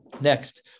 Next